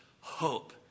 hope